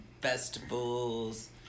festivals